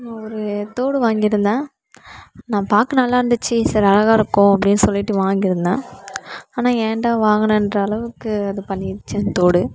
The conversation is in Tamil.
நான் ஒரு தோடு வாங்கியிருந்தேன் நான் பார்க்க நல்லா இருந்துச்சு சரி அழகாக இருக்கும் அப்டின்னு சொல்லிவிட்டு வாங்கியிருந்தேன் ஆனால் ஏன்டா வாங்கினேன்ற அளவுக்கு அது பண்ணிடுச்சு அந்த தோடு